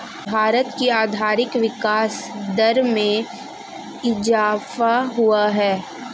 भारत की आर्थिक विकास दर में इजाफ़ा हुआ है